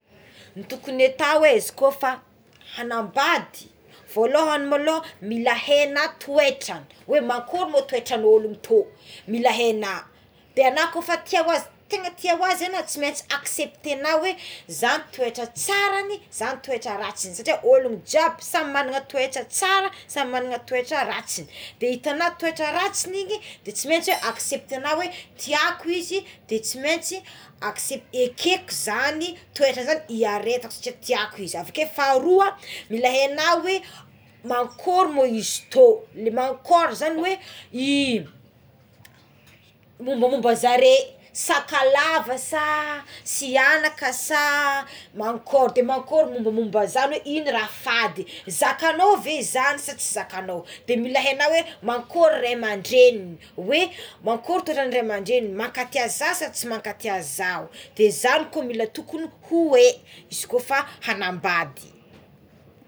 Ny tokony atao é izy kôfa hanambady volohagny maloha mila haignao toetragny oe mankory moa toetran'olo tô mila haignà de agnao koa efa tegna tia ho azy tegna tia ho azy tsy maintsy acceptenao hoe zagny toetra tsarany zagny toetra ratsigny satria olo jiaby samy manana toetra tsaragny samy manana toetra ratsigny de itagnao toetra ratsigny igny de tsy maitsy oé acceptegnao é tiako izy de tsy maintsy accep- ekeko zagny toetra zagny iaretako satria tiako izy avekeo faharoa mila haignao oe mankory mo izy tô ny mankory zagny oe i mombamomba zaré sakalava sa sihanaka sa mankory de mankory mombamomba zagny oe inona raha fady zakanao ve zagny sa tsy zakanao de mila ainao hoe mankory ray aman-dregnigny oe manakory toetra ray amandregnigny mankatia za sa tsy makatia zaho de zany koa mila tokony hoay izy ko fa anambady.